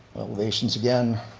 elevations again.